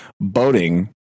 boating